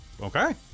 Okay